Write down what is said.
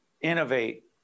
innovate